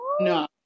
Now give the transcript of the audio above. No